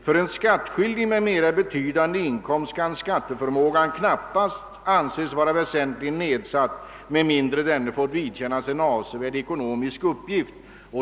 För en skattskyldig med mera betydande inkomst kan skatteförmågan knappast anses vara väsentligen nedsatt med mindre denne fått vidkännas en avsevärd ekonomisk utgift.